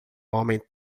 homem